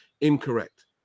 incorrect